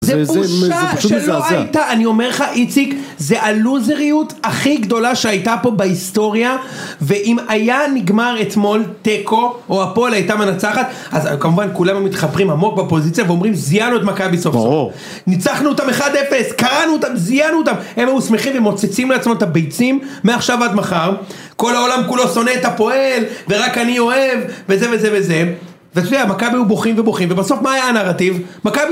זה בושה שלא הייתה, אני אומר לך איציק, זה הלוזריות הכי גדולה שהייתה פה בהיסטוריה, ואם היה נגמר אתמול תיקו, או הפועל הייתה מנצחת, אז כמובן כולם היו מתחפרים עמוק בפוזיציה ואומרים זיינו את מכבי סוף סוף, ברור, ניצחנו אותם 1-0, קרענו אותם, זיינו אותם, הם היו שמחים ומוצצים לעצמם את הביצים, מעכשיו ועד מחר, כל העולם כולו שונא את הפועל, ורק אני אוהב, וזה וזה וזה, ושנייה, מכבי היו בוכים ובוכים, ובסוף מה היה הנרטיב? מכבי..